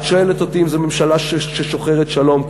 את שואלת אותי אם זו ממשלה ששוחרת שלום?